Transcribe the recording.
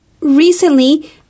Recently